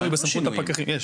הנה,